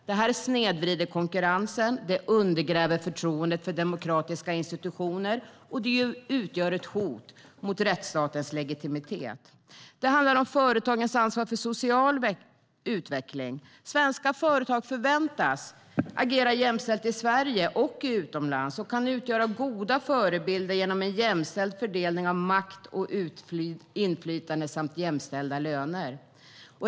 Det snedvrider konkurrensen, undergräver förtroendet för demokratiska institutioner och utgör ett hot mot rättsstatens legitimitet. Det handlar om företagens ansvar för social utveckling. Svenska företag förväntas agera jämställt i Sverige och utomlands, och de kan utgöra goda förebilder genom en jämställd fördelning av makt och inflytande samt jämställda löner.